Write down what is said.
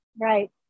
Right